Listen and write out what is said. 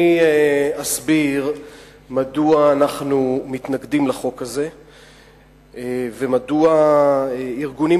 אני אסביר מדוע אנחנו מתנגדים לחוק הזה ומדוע ארגונים